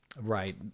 Right